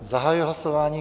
Zahajuji hlasování.